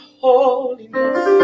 holiness